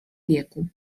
wieku